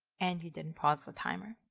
and you didn't pause the timer.